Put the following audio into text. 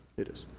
it is.